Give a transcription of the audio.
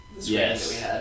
yes